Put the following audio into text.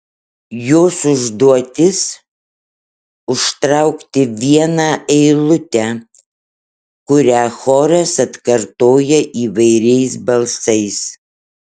jos užduotis užtraukti vieną eilutę kurią choras atkartoja įvairiais balsais